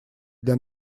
для